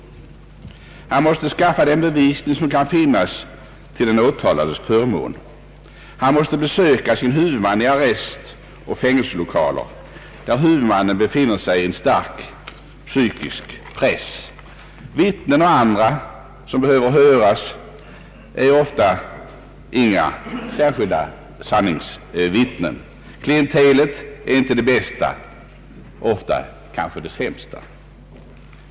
Han måste skaffa fram den bevisning som kan finnas till den åtalades förmån. Han måste besöka sin huvudman i arrestoch fängelselokaler, där huvudmannen befinner sig under stark psykisk press. Vittnen och andra som behöver höras är ofta inga sanningsvittnen. Klientelet är inte det bästa, ofta kanske det sämsta.